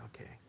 okay